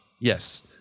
Yes